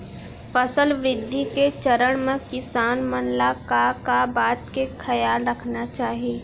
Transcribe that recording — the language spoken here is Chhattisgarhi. फसल वृद्धि के चरण म किसान मन ला का का बात के खयाल रखना चाही?